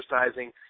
exercising